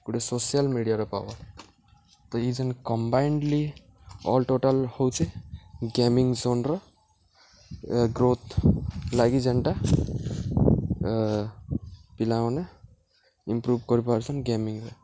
ଗୁଟେ ସୋସିଆଲ୍ ମିଡ଼ିଆର ପାୱାର୍ ତ ଇ ଯେନ୍ କମ୍ବାଇନ୍ଡଲି ଅଲ୍ ଟୋଟାଲ୍ ହଉଚେ ଗେମିଙ୍ଗ୍ ଜୋନ୍ର ଗ୍ରୋଥ୍ ଲାଗି ଯେନ୍ଟା ପିଲାମାନେ ଇମ୍ପ୍ରୁଭ୍ କରିପାରୁଛନ୍ ଗେମିଂରେ